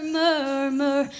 murmur